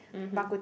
mmhmm